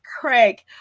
Craig